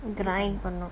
grind பன்னு:pannu